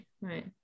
Right